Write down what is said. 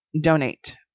donate